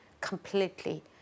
completely